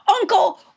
uncle